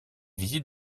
visites